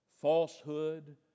falsehood